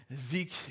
Zeke